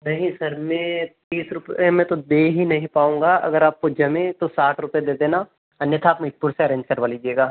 नहीं सर मैं तीस रुपये मैं तो दे ही नही पाऊँगा अगर आपको जमे तो साठ रुपये दे देना अन्यथा आप महीदपुर से अरेंज करवा लीजिएगा